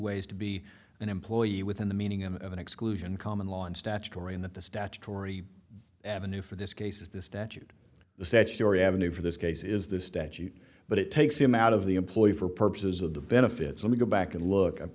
ways to be an employee within the meaning of an exclusion common law and statutory in that the statutory avenue for this case is the statute the statutory avenue for this case is the statute but it takes him out of the employee for purposes of the benefits and we go back and look i've